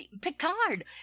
Picard